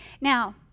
Now